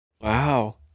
Wow